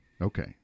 Okay